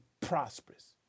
prosperous